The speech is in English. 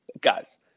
guys